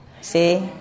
See